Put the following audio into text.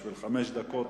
בשביל חמש דקות,